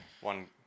One